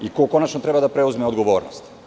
Ko konačno treba da preuzme odgovornost?